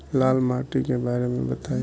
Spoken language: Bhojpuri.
लाल माटी के बारे में बताई